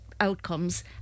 outcomes